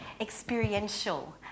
experiential